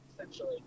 essentially